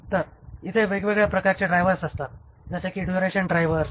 तर इथे वेगवेगळ्या प्रकारचे ड्रायव्हर्स असतात जसे कि ड्युरेशन ड्रायव्हर्स